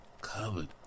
covered